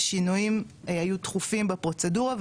השינויים היו תכופים בפרוצדורה,